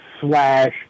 slash